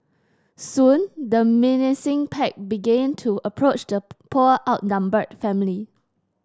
soon the menacing pack begin to approach the poor outnumbered family